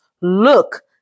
look